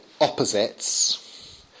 opposites